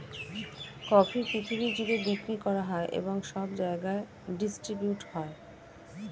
coffee পৃথিবী জুড়ে বিক্রি করা হয় এবং সব জায়গায় ডিস্ট্রিবিউট হয়